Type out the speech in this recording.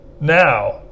Now